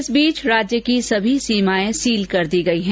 इस बीच राज्य की सभी सीमाएं सील कर दी गई हैं